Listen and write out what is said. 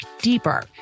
deeper